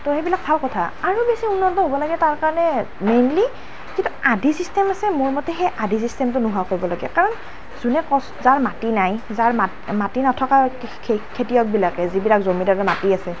তো সেইবিলাক ভাল কথা আৰু বেছি উন্নত হ'ব লাগে তাৰ কাৰণে মেইনলি যিটো আধি ছিষ্টেম আছে মোৰ মতে সেই আধি ছিষ্টেমটো নোহোৱা কৰিব লাগে কাৰণ যোনে কচ যাৰ মাটি নাই মাটি নথকা খে খেতিয়কবিলাক যিবিলাক জমিদাৰৰ মাটি আছে